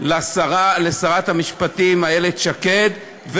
שרת המשפטים איילת שקד.